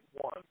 one